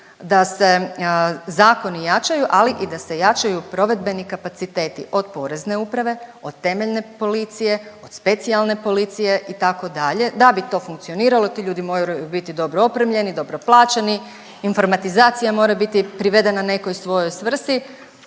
da se zakoni jačaju, ali i da se jačaju provedbeni kapaciteti od Porezne uprave, od temeljne policije, od Specijalne policije itd. Da bi to funkcioniralo ti ljudi moraju biti dobro opremljeni, dobro plaćeni, informatizacija mora biti privedena nekoj svojoj svrsi,